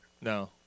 No